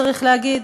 צריך להגיד,